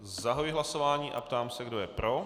Zahajuji hlasování a ptám se, kdo je pro.